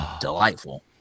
delightful